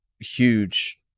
huge